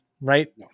Right